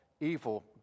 evil